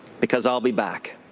because i'll be back,